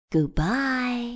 Goodbye